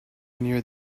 near